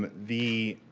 but the